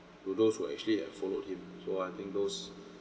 to those who had actually have followed him so I think those